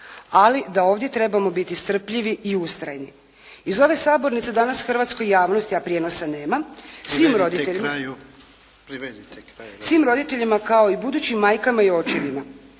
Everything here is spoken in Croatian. ali da ovdje trebamo biti strpljivi i ustrajni. Iz ove sabornice danas hrvatskoj javnosti prijenosa nema … **Jarnjak, Ivan (HDZ)** Privedite